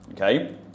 okay